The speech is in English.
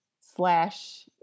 Slash